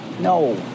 No